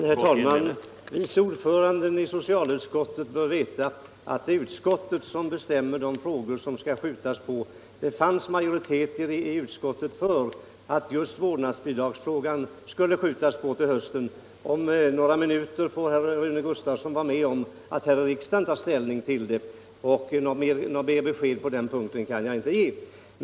Herr talman! Vice ordföranden i socialutskottet bör veta att det är utskottet som bestämmer vilka frågor som skall uppskjutas. Det fanns majoritet i utskottet för att just vårdnadsbidragsfrågan skulle skjutas till hösten, och om några minuter får Rune Gustavsson vara med om att här i kammaren ta ställning till samma sak. Något mer besked på den punkten kan jag inte ge.